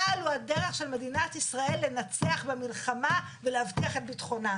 צה"ל הוא הדרך של מדינת ישראל לנצח במלחמה ולהבטיח את ביטחונה,